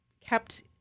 kept